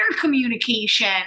communication